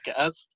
podcast